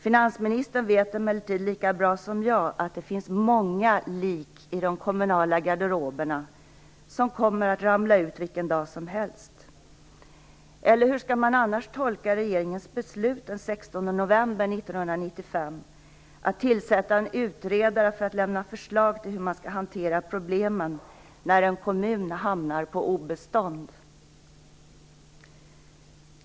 Finansministern vet emellertid lika bra som jag att det finns många lik i de kommunala garderoberna som kommer att ramla ut vilken dag som helst. Eller hur skall vi annars tolka regeringens beslut den 16 november 1995 att tillsätta en utredare för att lämna förslag till hur man skall hantera problemen när en kommun hamnar på obestånd?